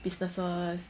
businesses